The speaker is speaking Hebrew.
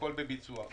הכל בביצוע.